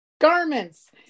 garments